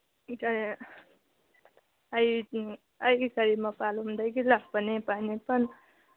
ꯑꯩ ꯀꯔꯤ ꯃꯄꯥꯜꯂꯝꯗꯒꯤ ꯂꯥꯛꯄꯅꯦ ꯄꯥꯏꯅꯦꯄꯟ